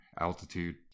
altitude